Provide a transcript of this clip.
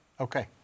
Okay